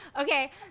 okay